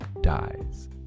dies